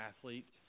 athletes